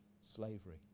slavery